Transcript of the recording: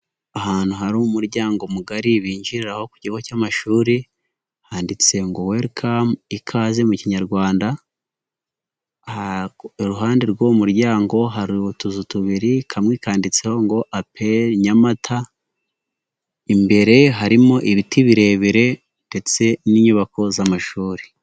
Ahantu hari umuryango mugari binjiriraho ku kigo cy'amashuri handitse ngo werikame ikaze mu kinyarwanda iruhande rw'u muryango hari utuzu tubiri kamwe kanditseho ngo ape Nyamata imbere harimo ibiti birebire ndetse n'inyubako z'amashuri.